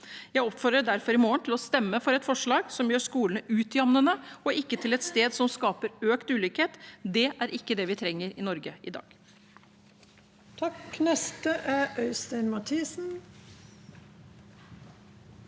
Jeg oppfordrer derfor til å stemme for et forslag i morgen som gjør skolene utjevnende, og ikke til et sted som skaper økt ulikhet. Det er ikke det vi trenger i Norge i dag.